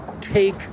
take